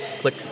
Click